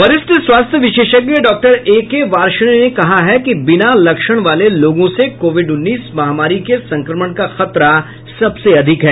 वरिष्ठ स्वास्थ्य विशेषज्ञ डॉक्टर ए के वार्ष्णेय ने कहा है कि बिना लक्षण वाले लोगों से कोविड उन्नीस महामारी के संक्रमण का खतरा सबसे अधिक है